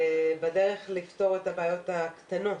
זה בדרך לפתור את הבעיות הקטנות.